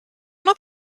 not